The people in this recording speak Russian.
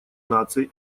наций